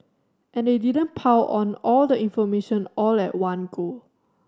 and they didn't pile on all the information all at one go